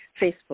Facebook